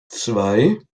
zwei